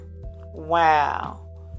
Wow